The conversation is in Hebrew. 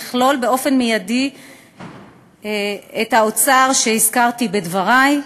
לכלול באופן מיידי את האוצר שהזכרתי בדברי,